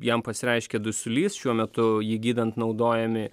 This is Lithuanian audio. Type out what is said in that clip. jam pasireiškė dusulys šiuo metu jį gydant naudojami